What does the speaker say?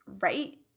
right